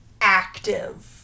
active